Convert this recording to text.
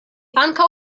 ankaŭ